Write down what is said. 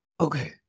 okay